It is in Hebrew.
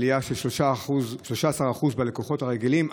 עלייה של 13% אצל הלקוחות הרגילים,